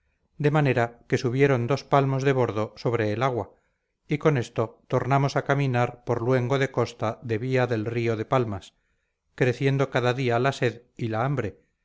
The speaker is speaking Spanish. de manera que subieron dos palmos de bordo sobre el agua y con esto tornamos a caminar por luengo de costa de vía del río de palmas creciendo cada día la sed y la hambre